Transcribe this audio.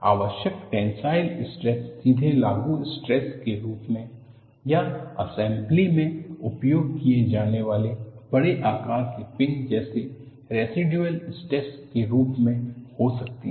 आवश्यक tensile stress सीधे लागू स्ट्रेस के रूप में या एसेंबली में उपयोग किए जाने वाले बड़े आकार के पिन जैसे रैसिडुअल स्ट्रेस के रूप में हो सकते हैं